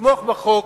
יתמוך בחוק,